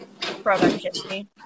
productivity